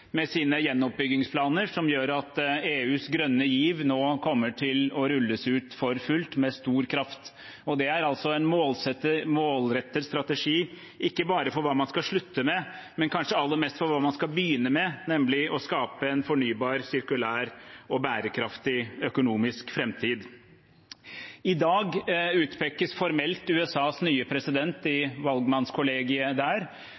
med sine gjenoppbyggingsplaner, som gjør at EUs grønne giv nå kommer til å rulles ut for fullt, med stor kraft. Det er en målrettet strategi, ikke bare for hva man skal slutte med, men kanskje aller mest for hva man skal begynne med, nemlig å skape en fornybar, sirkulær og bærekraftig økonomisk framtid. I dag utpekes formelt USAs nye president